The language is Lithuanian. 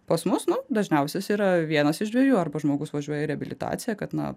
pas mus nu dažniausias yra vienas iš dviejų arba žmogus važiuoja į reabilitaciją kad na